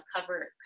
cover